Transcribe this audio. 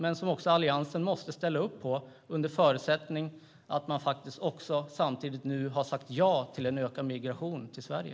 Men även Alliansen måste ställa upp på det eftersom de nu har sagt ja till ökad migration till Sverige.